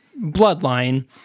bloodline